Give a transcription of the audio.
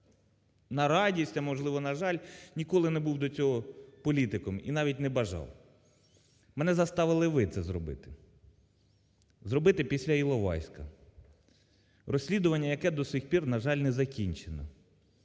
на радість, а, можливо, на жаль, ніколи не був до цього політиком і навіть не бажав. Мене заставили ви це зробити. Зробити після Іловайська. Розслідування, яке до сих пір, на жаль, не закінчено.